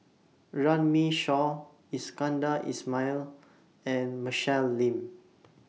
Runme Shaw Iskandar Ismail and Michelle Lim